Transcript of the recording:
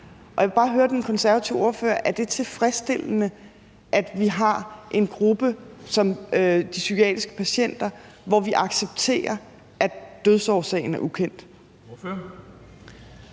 Jeg vil bare høre den konservative ordfører: Er det tilfredsstillende, at vi har en gruppe som de psykiatriske patienter, hvor vi accepterer, at dødsårsagen af ukendt?